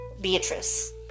Beatrice